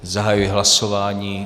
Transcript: Zahajuji hlasování.